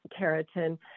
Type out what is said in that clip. keratin